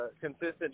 consistent